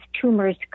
tumors